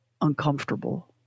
uncomfortable